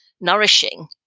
nourishing